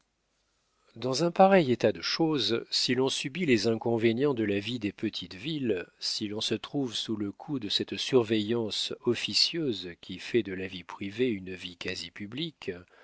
dans un pareil état de choses si l'on subit les inconvénients de la vie des petites villes si l'on se trouve sous le coup de cette surveillance officieuse qui fait de la vie privée une vie quasi publique